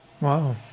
Wow